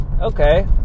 okay